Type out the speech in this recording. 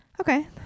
okay